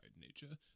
nature